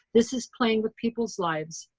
this is playing with people's lives.